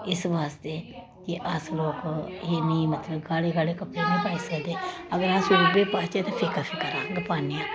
इस्स वास्ते कि अस लोक इन्नी मतलब गाढ़े गाढ़े कपड़े निं पाई सकदे अगर अस सूट बी पाच्चै ते फिक्का फिक्का रंग पान्ने आं